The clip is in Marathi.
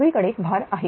सगळीकडे भार आहे